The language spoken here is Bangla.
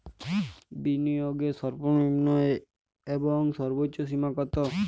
বিনিয়োগের সর্বনিম্ন এবং সর্বোচ্চ সীমা কত?